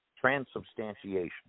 Transubstantiation